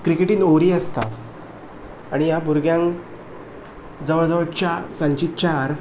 क्रिकेटींत ओव्हरी आसता आनी ह्या भुरग्यांक जवळ जवळ चार चार